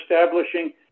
establishing